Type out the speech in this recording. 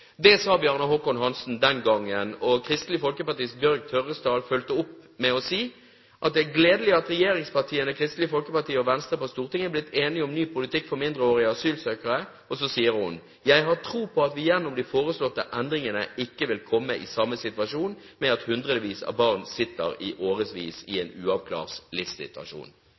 Det sa Bjarne Håkon Hanssen den gangen, og Kristelig Folkepartis Bjørg Tørresdal fulgte opp med å si: «Det er gledelig at regjeringspartiene, Kristelig Folkeparti og Venstre på Stortinget har blitt enige om en ny politikk for mindreårige asylsøkere. Jeg har tro på at vi gjennom de foreslåtte endringer ikke vil komme i samme situasjon med at hundrevis av barn sitter i årevis i en uavklart livssituasjon.»